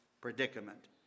predicament